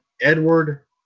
Edward